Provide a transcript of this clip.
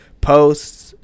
posts